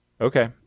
Okay